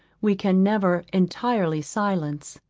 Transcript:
we can never entirely silence.